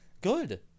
Good